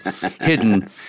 hidden